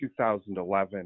2011